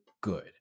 good